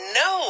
no